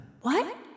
What